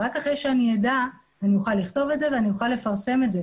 רק אחרי שאני אדע אני אוכל לכתוב את זה ואני אוכל לפרסם את זה.